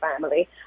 family